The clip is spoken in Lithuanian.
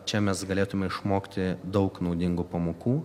čia mes galėtume išmokti daug naudingų pamokų